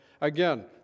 Again